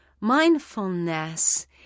mindfulness